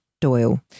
Doyle